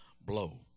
blow